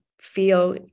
feel